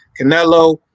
Canelo